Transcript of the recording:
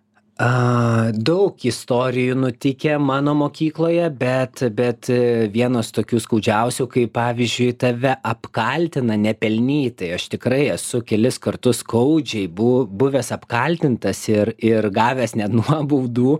a daug istorijų nutikę mano mokykloje bet bet vienas tokių skaudžiausia kai pavyzdžiui tave apkaltina nepelnytai aš tikrai esu kelis kartus skaudžiai buvo buvęs apkaltintas ir ir gavęs net nuobaudų